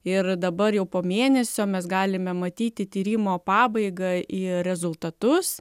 ir dabar jau po mėnesio mes galime matyti tyrimo pabaigą ir rezultatus